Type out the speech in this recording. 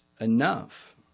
enough